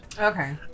Okay